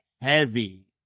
heavy